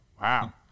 Wow